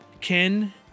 ken